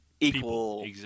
equal